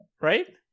Right